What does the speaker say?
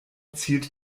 zielt